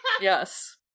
Yes